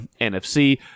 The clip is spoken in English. NFC